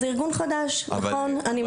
זה ארגון חדש אני מסכימה.